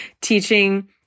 teaching